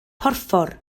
porffor